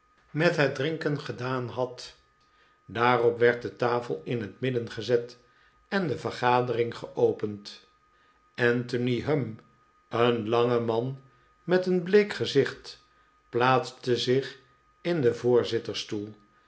met het drinken gedaan had daarop werd de tafel in het midden gezet en de vergadering geopend anthony humm een lange man met een bleek gezicht plaatste zich in den